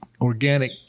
organic